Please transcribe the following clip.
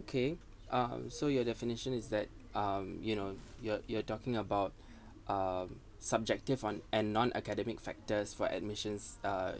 okay uh so your definition is that um you know you're you're talking about um subjective on and non-academic factors for admissions uh